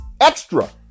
extra